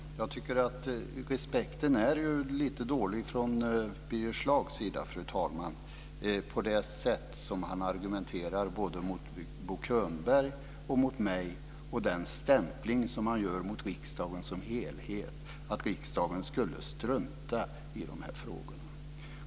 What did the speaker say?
Fru talman! Jag tycker att respekten är lite dålig från Birger Schlaugs sida när han argumenterar på det här sättet både mot Bo Könberg och mot mig och gör en stämpling mot riksdagens som helhet och säger att riksdagen skulle strunta i de här frågorna.